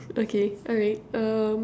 okay alright um